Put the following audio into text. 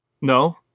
No